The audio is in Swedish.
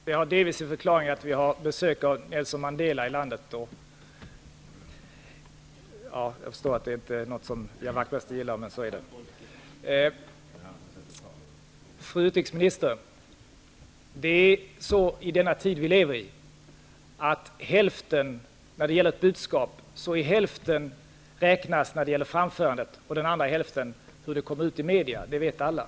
Herr talman! Det har delvis sin förklaring i att vi har besök av Nelson Mandela i landet. Jag förstår att det inte är något som Ian Wachtmeister gillar, men så är det. Fru utrikesminister! I den tid vi lever i är det så att hälften av ett budskap räknas när det framförs och den andra hälften när det kommer ut i media. Det vet alla.